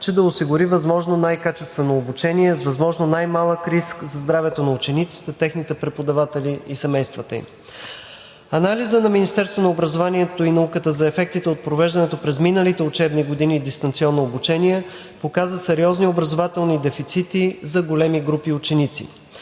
че да осигури възможно най-качествено обучение с възможно най-малък риск за здравето на учениците, техните преподаватели и семействата им. Анализът на Министерството на образованието и науката за ефектите от провеждането през миналите учебни години дистанционно обучение показа сериозни образователни дефицити за големи групи ученици.